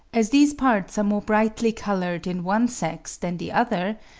as these parts are more brightly coloured in one sex than the other,